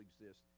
exist